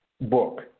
book